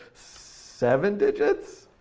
seven digits,